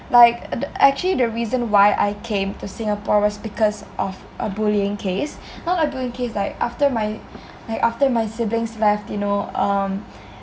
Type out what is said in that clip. like uh actually the reason why I came to singapore was because of a bullying case not a bullying case like uh after my after my siblings left you know um